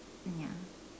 ya